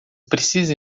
precisa